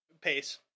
pace